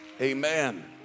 Amen